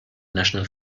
national